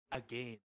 again